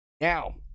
Now